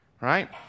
right